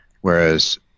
whereas